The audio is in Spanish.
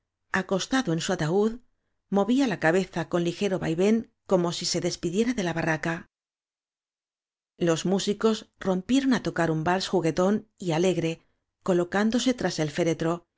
acostado en su ataúd movía la cabeza con ligero vaivén como si se despidiera de la barraca los músicos rompieron á tocar un vals juguetón y alegre colocándose tras el fére